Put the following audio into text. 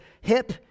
hip